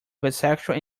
bisexual